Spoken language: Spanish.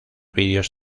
videos